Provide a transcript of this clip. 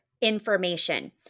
information